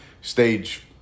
stage